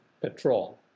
petrol